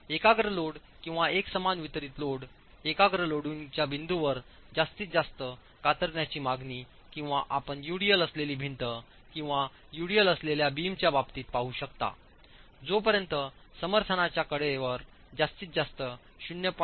एकाग्र लोड किंवा एकसमान वितरित लोड एकाग्र लोडिंगच्या बिंदूवर जास्तीत जास्त कातरण्याची मागणी किंवा आपण यूडीएल असलेली भिंत किंवा यूडीएल असलेल्या बीमच्या बाबतीत पाहू शकता जोपर्यंत समर्थनाच्या कडे वर जास्तीत जास्त 0